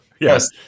Yes